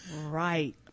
Right